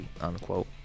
unquote